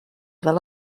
fel